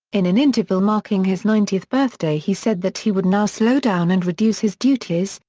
in an interview marking his ninetieth birthday he said that he would now slow down and reduce his duties,